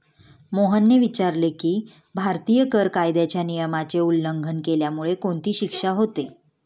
मोहनने विचारले की, भारतीय कर कायद्याच्या नियमाचे उल्लंघन केल्यामुळे कोणती शिक्षा होते?